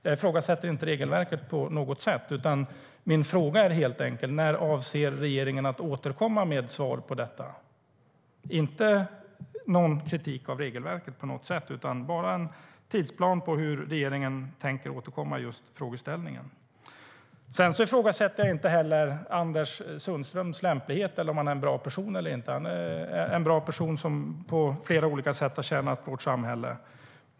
Jag ifrågasätter inte regelverket på något sätt, utan min fråga är helt enkelt: När avser regeringen att återkomma med svar på detta? Det är inte någon kritik av regelverket på något sätt, utan det handlar bara om en tidsplan för hur regeringen tänker återkomma i frågeställningen. Jag ifrågasätter inte heller Anders Sundströms lämplighet eller om han är en bra person eller inte. Han är en bra person som på flera olika sätt har tjänat vårt samhälle.